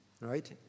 right